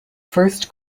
first